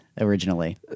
originally